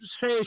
say